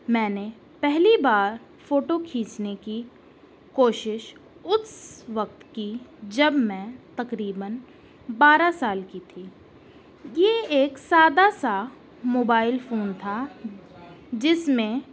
میں نے پہلی بار فوٹو کھینچنے کی کوشش اس وقت کی جب میں تقریباً بارہ سال کی تھی یہ ایک سادہ سا موبائل فون تھا جس میں